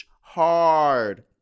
hard